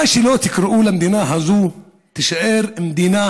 מה שלא תקראו למדינה הזאת היא תישאר מדינה